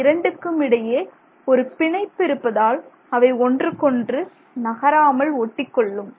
இந்த இரண்டுக்கும் இடையே ஒரு பிணைப்பு இருப்பதால் அவை ஒன்றுக்கொன்று நகராமல் ஒட்டிக்கொள்ளும்